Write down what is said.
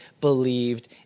believed